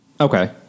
Okay